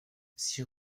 six